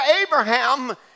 Abraham